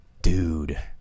Dude